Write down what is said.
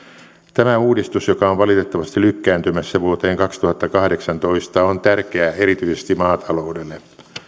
tämä uudistus joka on valitettavasti lykkääntymässä vuoteen kaksituhattakahdeksantoista on tärkeä erityisesti maataloudelle